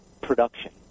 production